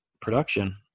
production